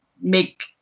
make